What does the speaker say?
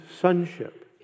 sonship